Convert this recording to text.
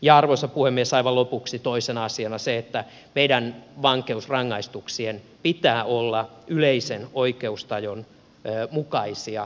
ja arvoisa puhemies aivan lopuksi toisena asiana se että meidän vankeusrangaistuksien pitää olla yleisen oikeustajun mukaisia